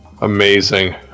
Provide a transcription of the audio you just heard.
Amazing